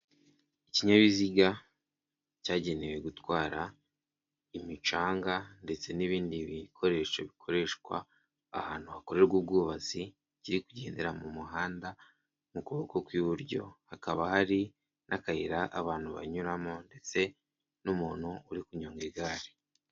Ikinyabiziga cyagenewe gutwara imicanga ndetse n'ibindi bikoresho bikoreshwa ahantu hakorerwa ubwubatsi kiri kugendera mu muhanda mu kuboko kw'iburyo hakaba hari n'akayira abantu banyuramo ndetse n'umuntu uri kunyonga igare.